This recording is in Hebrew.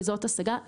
שזאת השגה,